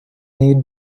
need